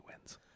wins